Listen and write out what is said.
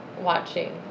watching